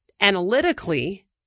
analytically